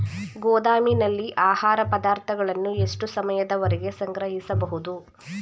ಗೋದಾಮಿನಲ್ಲಿ ಆಹಾರ ಪದಾರ್ಥಗಳನ್ನು ಎಷ್ಟು ಸಮಯದವರೆಗೆ ಸಂಗ್ರಹಿಸಬಹುದು?